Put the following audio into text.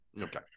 Okay